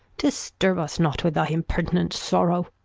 disturb us not with thy impertinent sorrow.